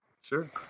Sure